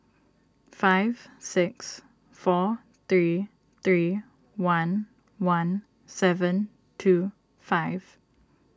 five six four three three one one seven two five